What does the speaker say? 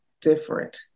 different